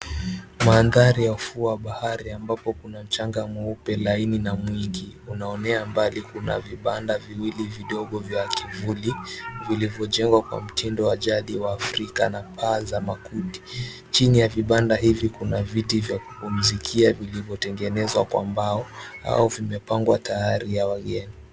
Maandhari ya ufuo wa bahari ambapo kuna mchanga mweupe laini na mwingi, unaoenea mbali kuna vibanda viwili vidogo vya kivuli vilivyojengwa kwa mtindo wa jadi wa Afrika na la makuti, chini ya vibanda hivi kuna viti vya kupumzikia vilivyotengenezwa kwa mbao au vimepangwa tayari kwa wageni.